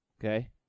okay